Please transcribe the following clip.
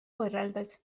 võrreldes